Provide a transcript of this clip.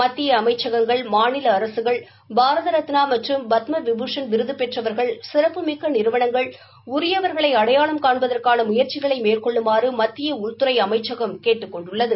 மத்திய அமைச்சகங்கள் மாநில அரசுகள் பாரத ரத்னா மற்றும் பத்ம் விபூஷன் விருது பெற்றவா்கள் சிறப்புமிக்க நிறுவனங்கள் உரியவர்களை அடையாளம் காண்பதற்கான முயற்சிகளை மேற்கொள்ளுமாறு மத்திய உள்துறை அமைச்சகம் கேட்டுக்கொண்டுள்ளது